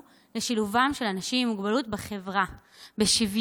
לשילובם של אנשים עם מוגבלות בחברה בשוויון,